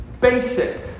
basic